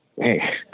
Hey